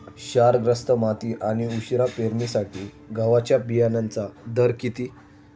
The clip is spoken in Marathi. क्षारग्रस्त माती आणि उशिरा पेरणीसाठी गव्हाच्या बियाण्यांचा दर किती?